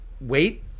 wait